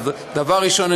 דבר ראשון,